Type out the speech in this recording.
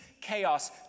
chaos